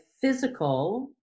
physical